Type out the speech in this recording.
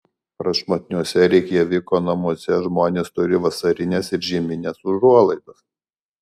prašmatniuose reikjaviko namuose žmonės turi vasarines ir žiemines užuolaidas